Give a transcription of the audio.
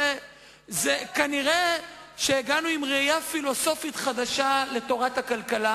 כנראה הגענו עם ראייה פילוסופית חדשה לתורת הכלכלה,